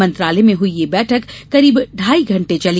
मंत्रालय में हई यह बैठक करीब ढाई घंटे चली